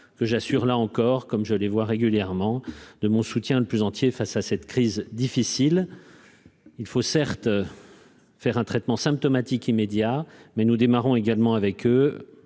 Que j'assure là encore comme je les vois régulièrement de mon soutien le plus entier face à cette crise difficile il faut certes faire un traitement symptomatique immédiat mais nous démarrons également avec eux